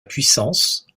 puissance